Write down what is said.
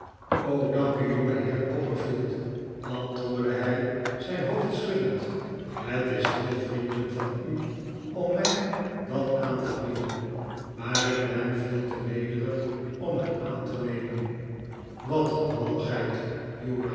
o dank u jongeheer copperfield antwoordde hij zijn hoofd schuddend het is heel vriendelijk van u om mij dat aan te bieden maar ik ben veel te nederig om het aan te nemen wat een malligheid